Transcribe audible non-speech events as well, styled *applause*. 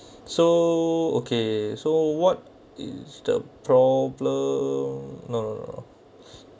so okay so what is the problem no no no *breath*